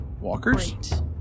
walkers